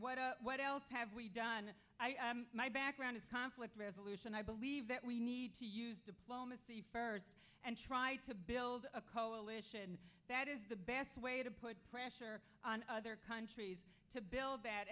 at what else have we done i am my background is conflict resolution i believe that we need to use diplomacy first and try to build a coalition that is the best way to put pressure on other countries to build that